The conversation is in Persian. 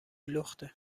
لخته